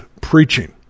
preaching